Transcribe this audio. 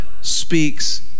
speaks